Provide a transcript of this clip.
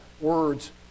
words